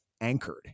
Anchored